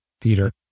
Peter